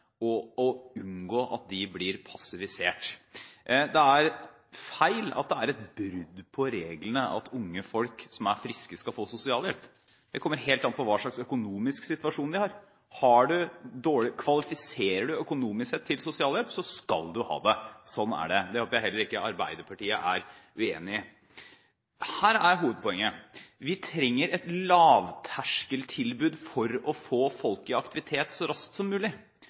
om å unngå at de som kommer til Nav, som er friske og har arbeidsevne, blir passiviserte. Det er feil at det er et brudd på reglene at unge folk som er friske, skal få sosialhjelp. Det kommer helt an på hva slags økonomisk situasjon de har. Kvalifiserer du økonomisk sett til sosialhjelp, skal du ha det – slik er det. Det håper jeg heller ikke Arbeiderpartiet er uenige i. Her er hovedpoenget: Vi trenger et lavterskeltilbud for å få folk i aktivitet så raskt som mulig.